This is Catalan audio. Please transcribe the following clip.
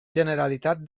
generalitat